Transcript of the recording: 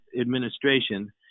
administration